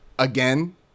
again